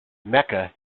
mecha